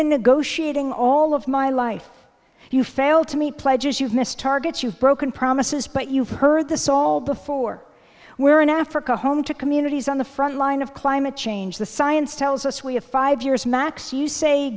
negotiating all of my life you failed to meet pledges you've missed targets you've broken promises but you've heard the salt before we're in africa home to communities on the front line of climate change the science tells us we have five years max you say